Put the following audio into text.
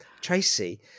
Tracy